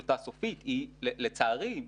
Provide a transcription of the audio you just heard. טיוטה סופית כי לצערי,